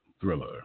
Thriller